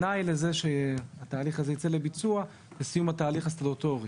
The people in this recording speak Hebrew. תנאי לכך שהתהליך הזה יצא לביצוע הוא סיום התהליך הסטטוטורי.